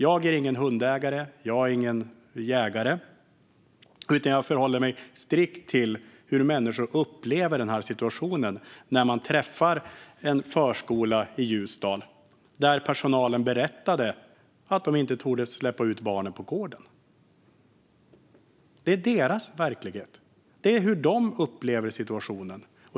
Jag är ingen hundägare, och jag är ingen jägare, utan jag förhåller mig strikt till hur människor upplever situationen. Det gäller till exempel när man träffar en förskola i Ljusdal där personalen berättar att de inte törs släppa ut barnen på gården. Det är deras verklighet. Det handlar om hur de upplever situationen.